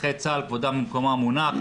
נכי צה"ל כבודם במקומם מונח,